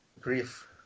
grief